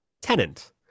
Tenant